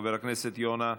חבר הכנסת יונה.